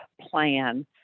plan